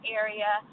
area